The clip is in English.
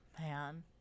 Man